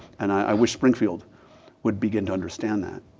and i wish springfield would begin to understand that.